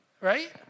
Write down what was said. right